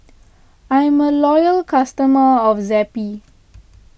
I'm a loyal customer of Zappy